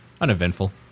Uneventful